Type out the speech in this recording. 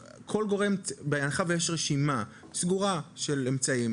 בהנחה ויש רשימה סגורה של אמצעים,